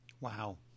Wow